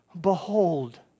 Behold